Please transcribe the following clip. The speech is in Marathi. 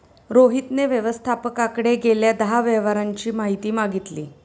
रोहितने व्यवस्थापकाकडे गेल्या दहा व्यवहारांची माहिती मागितली